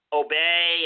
obey